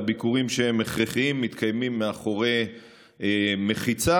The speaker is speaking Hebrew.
והביקורים שהם הכרחיים מתקיימים מאחורי מחיצה.